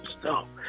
stop